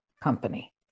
company